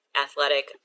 athletic